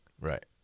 right